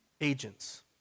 agents